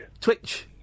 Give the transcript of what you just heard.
Twitch